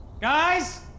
Guys